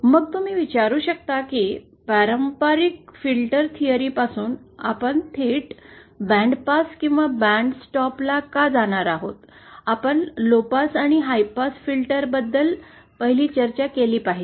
मग तुम्ही विचारू शकता की पारंपरिक फिल्टर थिअरी पासून आपण थेट बँडपास किंवा बँडस्टॉपला का जाणार आहोत आपण लोपास आणि हाय पास फिल्टर बद्दल पहिली चर्चा केली पाहिजे